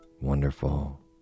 wonderful